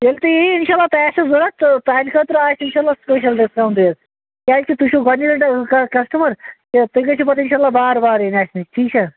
ییٚلہِ تُہۍ یِیِو انشاء اللہ تۄہہِ آسیٚو ضوٚرتھ تہٕ تُہٕنٛدِ خٲطرٕ آسہِ انشاء اللہ سپیشل ڈِسکاوُنٹ حظ کیازکہ تُہۍ چھو گۄڈنچ لَٹہِ کَسٹَمَر تُہۍ گٔژھِو پتہٕ انشاء اللہ بار بار ین اسہ نِش ٹھیٖک چھَ